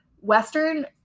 western